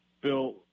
Bill